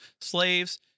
Slaves